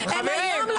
[כולם מתפרצים] חברים,